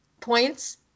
points